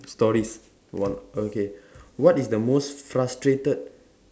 stories one okay what is the most frustrated